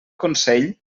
consell